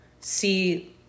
see